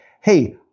Hey